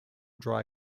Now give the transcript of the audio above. dry